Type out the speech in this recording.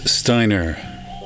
Steiner